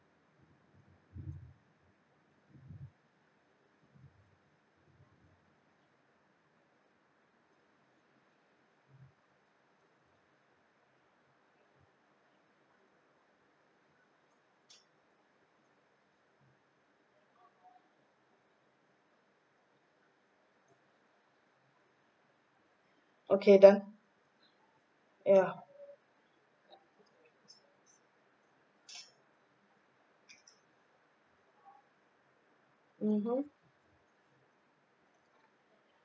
okay done ya mmhmm